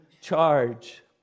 charge